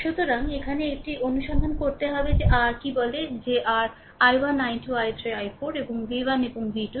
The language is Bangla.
সুতরাং এখানে এটি অনুসন্ধান করতে হবে যে r কি বলে যে r i1 i2 i3 i4 এবং v1 এবং v2